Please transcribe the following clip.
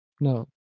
No